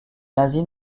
nazi